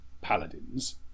paladins